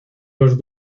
los